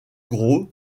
groulx